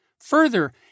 Further